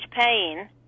pain